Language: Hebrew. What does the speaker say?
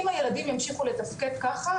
אם הילדים ימשכו לתפקד ככה,